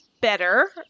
better